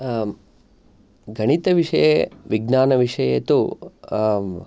गणितविषये विज्ञानविषये तु